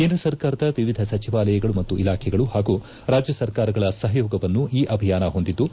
ಕೇಂದ್ರ ಸರ್ಕಾರದ ವಿವಿಧ ಸಚಿವಾಲಯಗಳು ಮತ್ತು ಇಲಾಖೆಗಳು ಹಾಗೂ ರಾಜ್ಯ ಸರ್ಕಾರಗಳ ಸಹಯೋಗವನ್ನು ಈ ಅಭಿಯಾನ ಹೊಂದಿದ್ದು